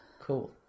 Cool